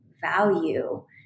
value